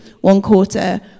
one-quarter